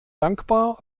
dankbar